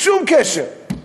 שום קשר,